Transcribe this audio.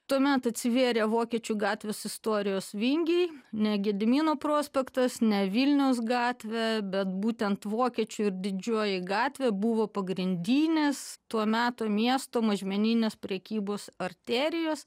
tuomet atsivėrė vokiečių gatvės istorijos vingiai ne gedimino prospektas ne vilniaus gatvė bet būtent vokiečių ir didžioji gatvė buvo pagrindinės to meto miesto mažmeninės prekybos arterijos